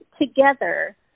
together